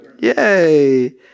Yay